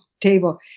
table